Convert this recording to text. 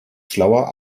schlauer